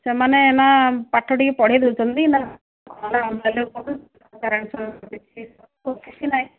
ସେମାନେ ନା ପାଠ ଟିକେ ପଢ଼େଇ ଦେଉଛନ୍ତି ନା କିଛି ନାଇଁ